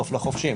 לחופשי.